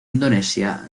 indonesia